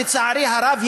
לצערי הרב,